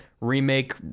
remake